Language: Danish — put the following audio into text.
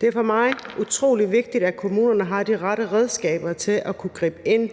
Det er for mig utrolig vigtigt, at kommunerne har de rette redskaber til at kunne gribe ind